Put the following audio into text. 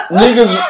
niggas